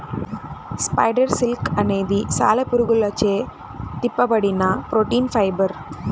spider silk అనేది సాలెపురుగులచే తిప్పబడిన ప్రోటీన్ ఫైబర్